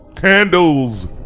Candles